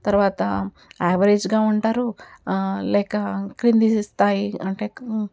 తరువాత యావరేజ్గా ఉంటారు లేక క్రింది స్థాయి అంటే